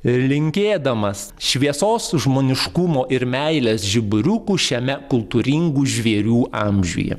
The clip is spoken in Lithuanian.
ir linkėdamas šviesos žmoniškumo ir meilės žiburiukų šiame kultūringų žvėrių amžiuje